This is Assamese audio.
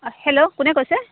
অ হেল্ল' কোনে কৈছে